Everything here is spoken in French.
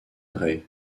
rey